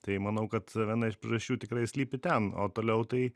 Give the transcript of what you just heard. tai manau kad viena iš priežasčių tikrai slypi ten o toliau tai